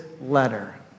letter